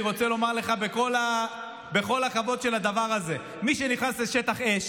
אני רוצה לומר לך בכל הכבוד של הדבר הזה: מי שנכנס לשטח אש,